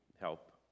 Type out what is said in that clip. help